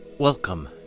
Welcome